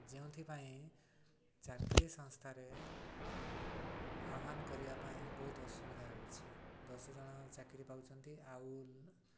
ଯେଉଁଥିପାଇଁ ଚାକିରି ସଂସ୍ଥାରେ ଆହ୍ୱାନ କରିବା ପାଇଁ ବହୁତ ଅସୁବିଧା ହେଉଛି ଦଶ ଜଣ ଚାକିରି ପାଉଛନ୍ତି ଆଉ